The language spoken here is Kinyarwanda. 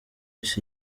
miss